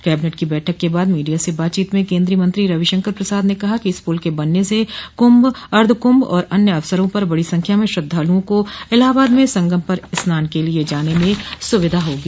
cabinet की बैठक के बाद मीडिया से बातचीत में केन्द्रीय मंत्री रविशंकर प्रसाद ने कहा कि इस पुल के बनने से कुंभ अर्द्व कुंभ और अन्य अवसरों पर बड़ी संख्या में श्रद्धालुओं को इलाहाबाद में संगम पर स्नान के लिये जाने में सुविधा होगी